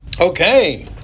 Okay